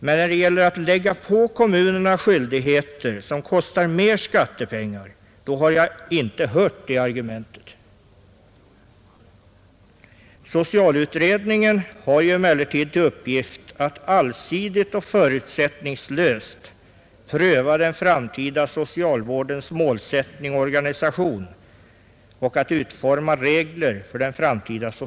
Men när det gäller att lägga på kommunerna skyldigheter som kostar mer skattepengar, då har jag inte hört det argumentet. Emellertid har socialutredningen till uppgift att allsidigt och förutsättningslöst pröva den framtida socialvårdens målsättning och organisation och att utforma regler för den.